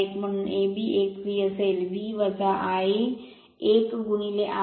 म्हणून AB 1 V असेल V Ia 1 ra 0